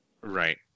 Right